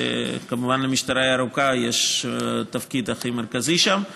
וכמובן למשטרה הירוקה יש התפקיד הכי מרכזי שם,